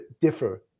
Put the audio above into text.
differ